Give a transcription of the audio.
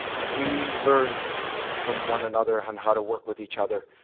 we learned from one another on how to work with each other,